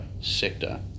sector